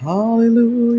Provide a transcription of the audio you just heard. Hallelujah